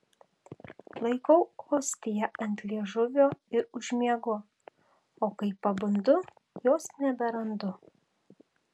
laikau ostiją ant liežuvio ir užmiegu o kai pabundu jos neberandu